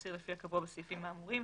התצהיר לפי הקבוע בסעיפים האמורים.